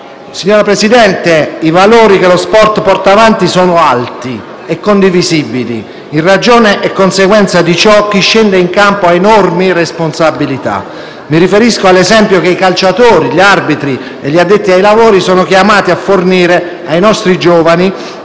Signor Presidente, i valori che lo sport porta avanti sono alti e condivisibili; in ragione e conseguenza di ciò, chi scende in campo ha enormi responsabilità. Mi riferisco all'esempio che calciatori, arbitri e addetti ai lavori sono chiamati a fornire ai nostri giovani